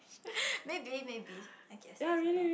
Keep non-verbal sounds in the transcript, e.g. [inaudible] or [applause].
[breath] maybe maybe I guess I don't know